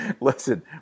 listen